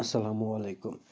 السَلامُ علیکُم